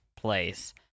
place